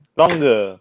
longer